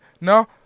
no